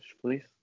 please